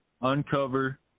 uncover